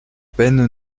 peine